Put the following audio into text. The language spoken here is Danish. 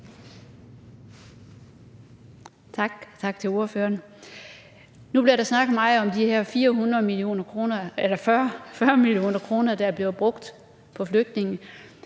tak til ordføreren. Nu bliver der snakket meget om de her 40 mio. kr., der er blevet brugt på flygtningene.